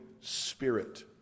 spirit